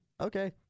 Okay